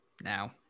Now